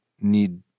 need